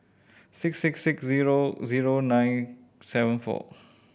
six six six zero zero nine seven four